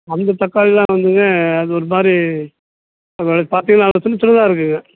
அந்த தக்காளியெல்லாம் வந்துங்க அது ஒருமாதிரி பார்த்தீங்கன்னா அது சின்ன சின்னதாக இருக்குங்க